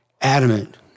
adamant